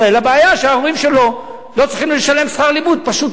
הבעיה שההורים שלו לא צריכים לשלם שכר לימוד.